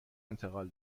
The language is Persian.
انتقال